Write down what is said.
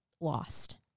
lost